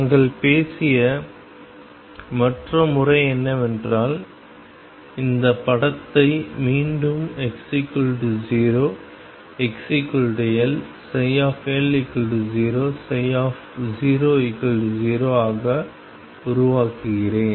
நாங்கள் பேசிய மற்ற முறை என்னவென்றால் இந்த படத்தை மீண்டும் x0 xL L0 00 ஆக உருவாக்குகிறேன்